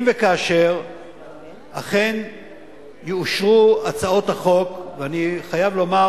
אם וכאשר אכן יאושרו הצעות החוק, ואני חייב לומר